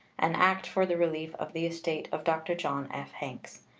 an act for the relief of the estate of dr. john f. hanks,